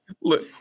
Look